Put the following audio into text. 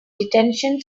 detention